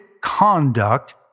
conduct